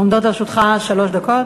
עומדות לרשותך שלוש דקות.